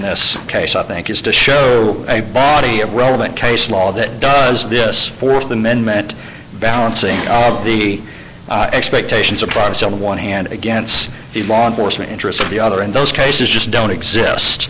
this case i think is to show a body of relevant case law that does this fourth amendment balancing the expectations of privacy on the one hand against the law enforcement interests of the other in those cases just don't exist